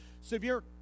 severe